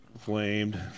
flamed